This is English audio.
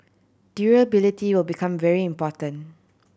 durability will become very important